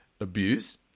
abuse